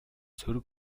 сөрөг